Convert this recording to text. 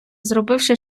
зробивши